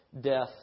death